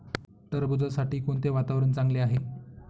टरबूजासाठी कोणते वातावरण चांगले आहे?